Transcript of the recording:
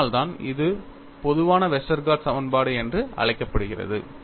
அதனால்தான் இது பொதுவான வெஸ்டர்கார்ட் சமன்பாடு என்று அழைக்கப்படுகிறது